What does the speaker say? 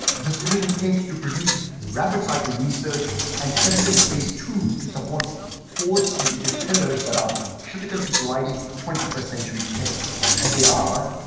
division aims to produce rapid cycle research and evidence based tools to support for strategic pillars that are critical to providing twenty first century care and they are